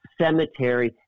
cemetery